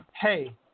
hey